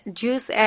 juice